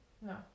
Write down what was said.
No